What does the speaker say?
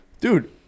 dude